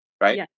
Right